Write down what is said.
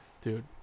dude